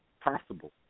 possible